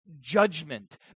judgment